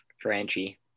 Franchi